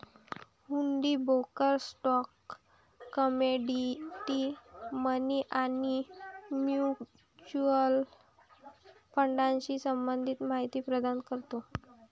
हुंडी broker stock, commodity, money आणि mutual फंडाशी संबंधित माहिती प्रदान करतो